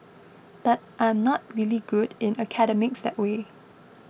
but I'm not really good in academics that way